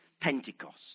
Pentecost